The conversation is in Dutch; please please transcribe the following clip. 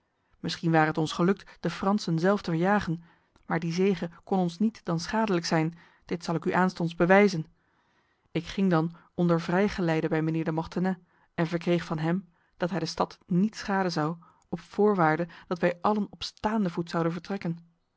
misschien ware het ons gelukt de fransen zelf te verjagen maar die zege kon ons niet dan schadelijk zijn dit zal ik u aanstonds bewijzen ik ging dan onder vrijgeleide bij mijnheer de mortenay en verkreeg van hem dat hij de stad niet schaden zou op voorwaarde dat wij allen op staande voet zouden vertrekken